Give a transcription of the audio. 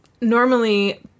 normally